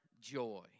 joy